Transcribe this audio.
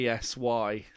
PSY